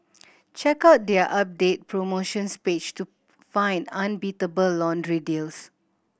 check out their updated promotions page to find unbeatable laundry deals